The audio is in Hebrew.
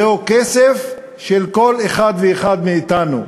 זהו כסף של כל אחד ואחד מאתנו.